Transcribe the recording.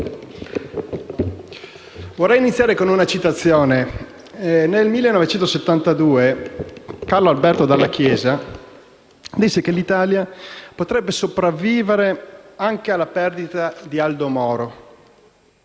vorrei iniziare con una citazione. Nel 1972 Carlo Alberto Dalla Chiesa disse: «L'Italia può sopravvivere alla perdita di Aldo Moro